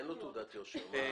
אין לו תעודת יושר.